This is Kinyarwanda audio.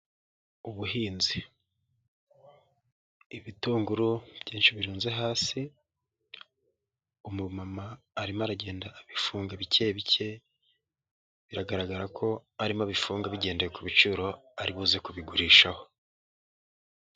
Ubuhinzi ibitunguru byinshi birunze hasi umumama arimo aragenda abifumba bike bike, biragaragara ko arimo abifunga bigendeye ku biciro aribuze kubigurishaho.